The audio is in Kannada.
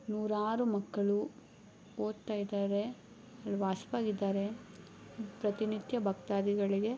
ನೂರಾರು ಮಕ್ಕಳು ಓದ್ತಾ ಇದ್ದಾರೆ ಅಲ್ಲಿ ವಾಸವಾಗಿದ್ದಾರೆ ಪ್ರತಿನಿತ್ಯ ಭಕ್ತಾದಿಗಳಿಗೆ